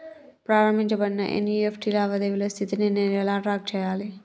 ప్రారంభించబడిన ఎన్.ఇ.ఎఫ్.టి లావాదేవీల స్థితిని నేను ఎలా ట్రాక్ చేయాలి?